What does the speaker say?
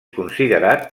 considerat